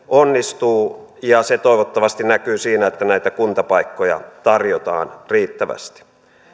onnistuu ja se toivottavasti näkyy siinä että näitä kuntapaikkoja tarjotaan riittävästi